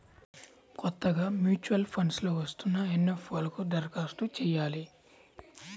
కొత్తగా mutual funds లో వస్తున్న ఎన్.ఎఫ్.ఓ లకు దరఖాస్తు చెయ్యాలి